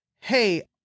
hey